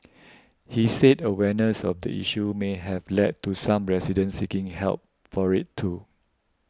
he said awareness of the issue may have led to some residents seeking help for it too